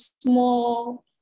small